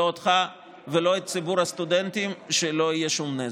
לא אותך ולא את ציבור הסטודנטים שלא יהיה שום נזק.